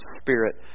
spirit